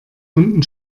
unten